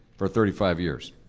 for thirty five years.